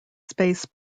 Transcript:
space